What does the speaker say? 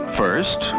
first